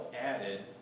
added